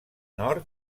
nord